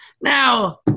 Now